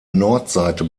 nordseite